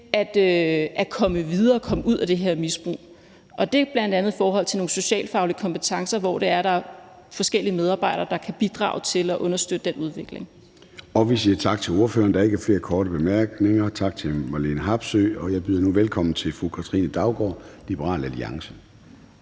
at komme videre og komme ud af det her misbrug, og det er bl.a. i form af nogle socialfaglige kompetencer, hvor der er forskellige medarbejdere, der kan bidrage til at understøtte den udvikling. Kl. 21:00 Formanden (Søren Gade): Vi siger tak til ordføreren. Der er ikke flere korte bemærkninger. Tak til fru Marlene Harpsøe, og jeg byder nu velkommen til fru Katrine Daugaard, Liberal Alliance.